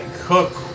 Cook